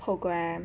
programme